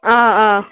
آ آ